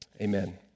Amen